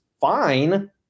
fine